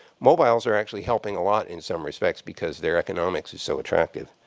mobiles are actually helping a lot in some respects, because their economics is so attractive.